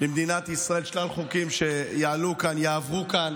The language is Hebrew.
למדינת ישראל, שלל חוקים שיעלו כאן, יעברו כאן